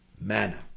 manner